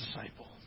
disciple